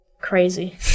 crazy